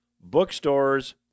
bookstores